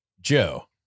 joe